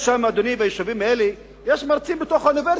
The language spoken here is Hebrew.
יש ביישובים האלה מרצים באוניברסיטה,